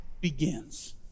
begins